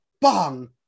bong